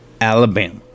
Alabama